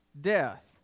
death